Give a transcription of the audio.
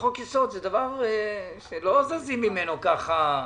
שחוק יסוד זה דבר שלא זזים ממנו ככה.